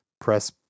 press